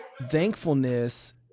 thankfulness